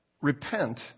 Repent